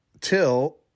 till